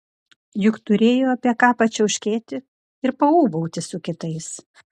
juk turėjo apie ką pačiauškėti ir paūbauti su kitais